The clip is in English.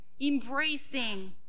embracing